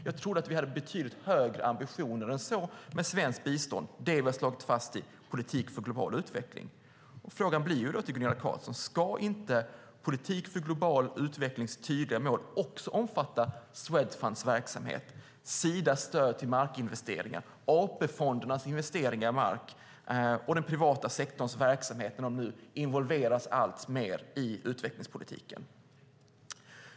Jag trodde att vi hade betydligt högre ambitioner än så med svenskt bistånd, det vi har slagit fast: politik för global utveckling. Frågan till Gunilla Carlsson blir då: Ska inte det tydliga målet för politik för global utveckling också omfatta Swedfunds verksamhet, Sidas stöd till markinvesteringar, AP-fondernas investeringar i mark och den privata sektorns verksamhet när de nu involveras alltmer i utvecklingspolitiken?